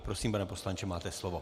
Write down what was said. Prosím, pane poslanče, máte slovo.